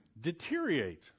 deteriorate